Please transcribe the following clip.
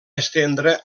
estendre